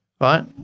right